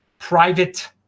private